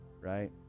right